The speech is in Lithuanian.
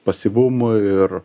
pasyvumui ir